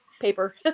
paper